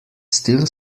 still